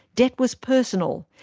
debt was personal.